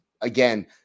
again